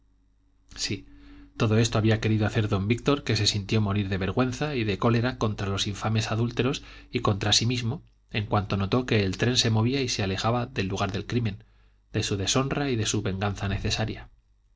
sí todo esto había querido hacer don víctor que se sintió morir de vergüenza y de cólera contra los infames adúlteros y contra sí mismo en cuanto notó que el tren se movía y le alejaba del lugar del crimen de su deshonra y de su venganza necesaria